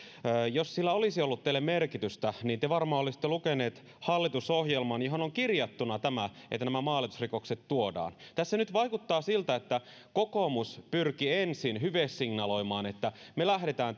jos sillä olisi ollut teille merkitystä niin te varmaan olisitte lukeneet hallitusohjelman johon on kirjattuna tämä että nämä maalitusrikokset tuodaan tässä nyt vaikuttaa siltä että kokoomus pyrki hyvesignaloimaan että me lähdemme